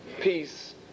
peace